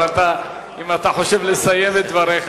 אבל אם אתה חושב לסיים את דבריך,